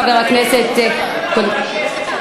חבר הכנסת,